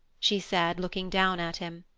she said, looking down at him.